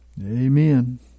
Amen